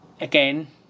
again